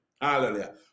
Hallelujah